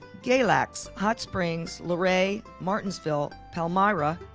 galax, hot springs, luray, martinsville, palmyra,